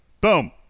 Boom